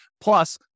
Plus